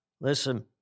Listen